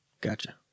Gotcha